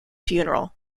funeral